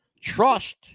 trust